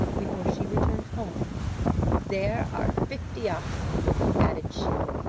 before she returned home there are fifty oxen added she,